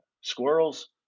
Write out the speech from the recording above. squirrels